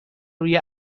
روی